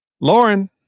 Lauren